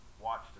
watched